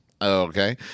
Okay